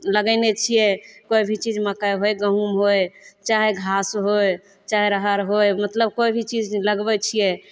लगेने छियै कोइ भी चीज मकइ होइ गहूॅंम होइ चाहे घास होइ चाहे रहर होइ मतलब कोइ भी चीज लगबै छियै